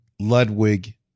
Ludwig